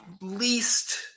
least